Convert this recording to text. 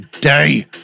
day